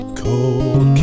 cold